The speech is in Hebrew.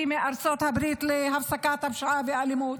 מארצות הברית להפסקת הפשיעה והאלימות?